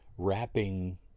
wrapping